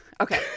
Okay